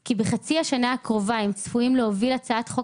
כי בחצי השנה הקרובה הם צפויים להוביל הצעת חוק